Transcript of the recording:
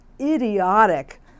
idiotic